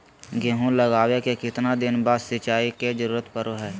गेहूं लगावे के कितना दिन बाद सिंचाई के जरूरत पड़ो है?